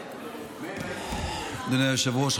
אדוני היושב-ראש,